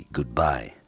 Goodbye